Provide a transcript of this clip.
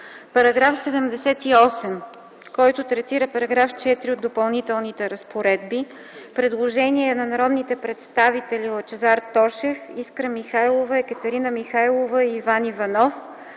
По § 78, който третира § 4 от Допълнителните разпоредби, има предложение от народните представители Лъчезар Тошев, Искра Михайлова, Екатерина Михайлова и Иван Иванов